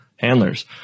handlers